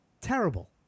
terrible